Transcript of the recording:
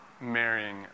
marrying